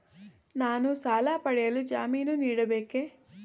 ನಾನು ಸಾಲ ಪಡೆಯಲು ಜಾಮೀನು ನೀಡಬೇಕೇ?